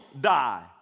die